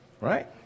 right